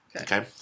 okay